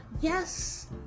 yes